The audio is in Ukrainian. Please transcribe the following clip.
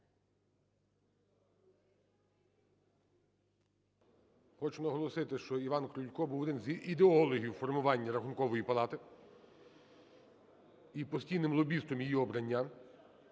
Хочу наголосити, що Іван Крулько був один з ідеологів формування Рахункової палати і постійним лобістом її обрання.